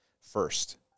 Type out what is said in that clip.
first